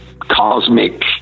cosmic